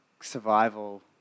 survival